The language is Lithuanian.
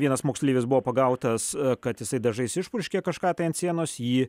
vienas moksleivis buvo pagautas kad jisai dažais išpurškė kažką tai ant sienos jį